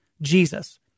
Jesus